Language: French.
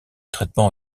traitement